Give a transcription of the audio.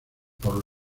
por